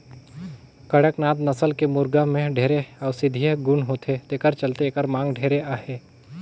कड़कनाथ नसल के मुरगा में ढेरे औसधीय गुन होथे तेखर चलते एखर मांग ढेरे अहे